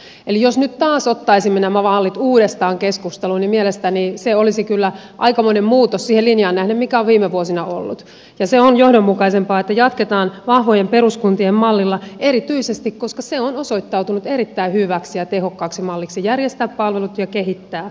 eli jos nyt taas ottaisimme nämä mallit uudestaan keskusteluun niin mielestäni se olisi kyllä aikamoinen muutos siihen linjaan nähden mikä on viime vuosina ollut ja se on johdonmukaisempaa että jatketaan vahvojen peruskuntien mallilla erityisesti koska se on osoittautunut erittäin hyväksi ja tehokkaaksi malliksi järjestää palvelut ja kehittää alueita